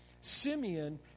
Simeon